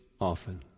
often